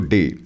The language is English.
Day